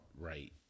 right